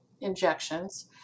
injections